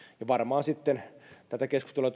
varmaan sitten tätä keskustelua